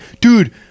dude